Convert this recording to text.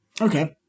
Okay